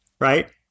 right